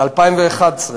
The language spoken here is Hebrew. ב-2011.